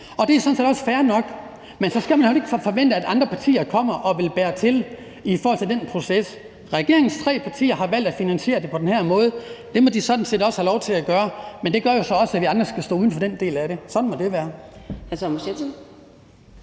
og det er sådan set også fair nok. Men så skal man heller ikke forvente, at andre partier kommer og vil bære til i sådan en proces. Regeringens tre partier har valgt at finansiere det på den her måde. Det må de sådan set også have lov til at gøre. Men det gør jo så også, at vi andre skal stå uden for den del af det. Sådan må det være.